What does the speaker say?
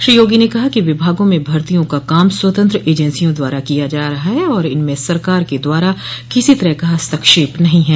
श्री योगी ने कहा कि विभागों में भर्तियों का काम स्वतंत्र एजेंसियों द्वारा किया जा रहा है और इनमें सरकार द्वारा किसी तरह का हस्तक्षेप नहीं है